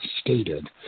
stated